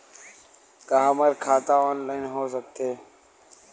का हमर खाता ऑनलाइन हो सकथे?